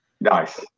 nice